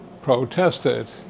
protested